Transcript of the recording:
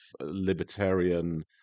libertarian